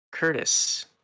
Curtis